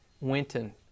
Winton